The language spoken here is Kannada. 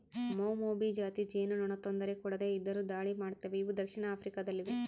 ಮೌಮೌಭಿ ಜಾತಿ ಜೇನುನೊಣ ತೊಂದರೆ ಕೊಡದೆ ಇದ್ದರು ದಾಳಿ ಮಾಡ್ತವೆ ಇವು ದಕ್ಷಿಣ ಆಫ್ರಿಕಾ ದಲ್ಲಿವೆ